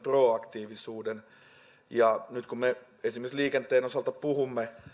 proaktiivisuuden nyt kun me esimerkiksi liikenteen osalta puhumme